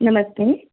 ਨਮਸਤੇ